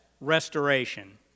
restoration